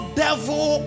devil